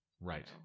Right